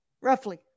Roughly